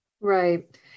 Right